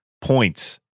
points